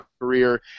career